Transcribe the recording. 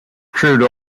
crude